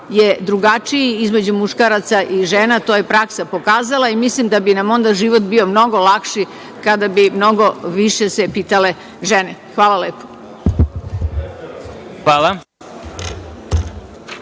je drugačiji između muškaraca i žena, to je praksa pokazala. Mislim da bi nam onda život bio mnogo lakši kada bi se mnogo više pitale žene. Hvala lepo.